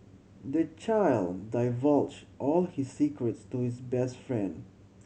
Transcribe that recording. the child divulged all his secrets to his best friend